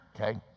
Okay